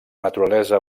naturalesa